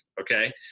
Okay